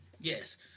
Yes